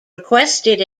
requested